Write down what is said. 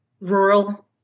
rural